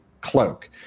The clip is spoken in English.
Cloak